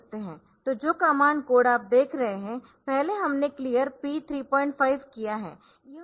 तो जो command code आप देख रहे है पहले हमने क्लियर P35 Clear P35 किया है